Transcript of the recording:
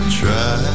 try